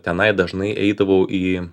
tenai dažnai eidavau į